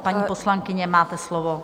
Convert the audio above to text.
Paní poslankyně, máte slovo.